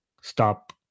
stop